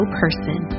person